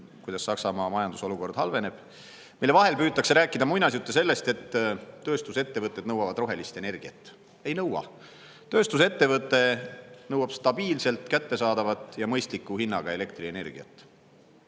kuidas Saksamaa majandusolukord halveneb, ja sinna vahele püütakse rääkida muinasjutte sellest, et tööstusettevõtted nõuavad rohelist energiat. Ei nõua. Tööstusettevõte nõuab stabiilselt kättesaadavat ja mõistliku hinnaga elektrienergiat. Ja